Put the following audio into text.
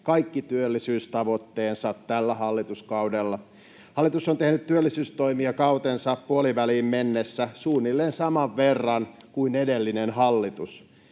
kaikki työllisyystavoitteensa tällä hallituskaudella. Hallitus on tehnyt työllisyystoimia kautensa puoliväliin mennessä suunnilleen saman verran kuin edellinen hallitus.